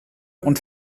und